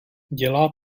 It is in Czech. dělá